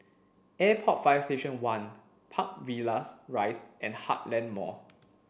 Airport Fire Station One Park Villas Rise and Heartland Mall